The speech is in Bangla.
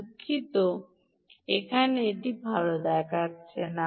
দুঃখিত এখানে এটি ভাল দেখাচ্ছে না